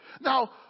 Now